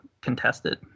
contested